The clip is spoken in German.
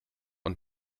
und